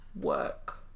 work